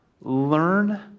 learn